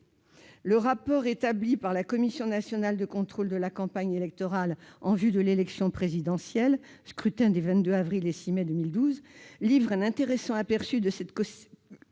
Le rapport établi par la Commission nationale de contrôle de la campagne électorale en vue de l'élection présidentielle des 22 avril et 6 mai 2012 livre un intéressant aperçu de cette casuistique